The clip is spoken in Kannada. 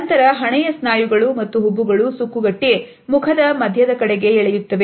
ನಂತರ ಹಣೆಯ ಸ್ನಾಯುಗಳು ಮತ್ತು ಹುಬ್ಬುಗಳು ಸುಕ್ಕುಗಟ್ಟಿ ಮುಖದ ಮಧ್ಯದ ಕಡೆಗೆ ಎಳೆಯುತ್ತವೆ